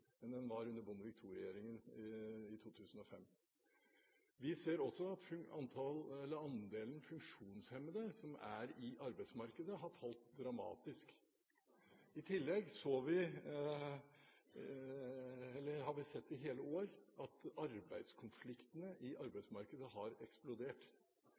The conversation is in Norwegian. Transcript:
enn den var under Bondevik II-regjeringen i 2005. Vi ser også at andelen funksjonshemmede som er i arbeidsmarkedet, har falt dramatisk. I tillegg har vi sett i hele år at arbeidskonfliktene i arbeidsmarkedet har eksplodert.